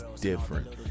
different